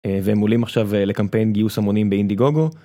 והם עולים עכשיו לקמפיין גיוס המונים באינדיגוגו.